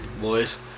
Boys